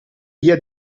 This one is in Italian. via